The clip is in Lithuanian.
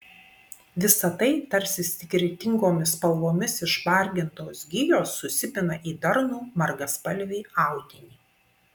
visa tai tarsi skirtingomis spalvomis išmargintos gijos susipina į darnų margaspalvį audinį